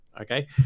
Okay